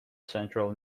central